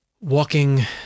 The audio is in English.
walking